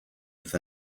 for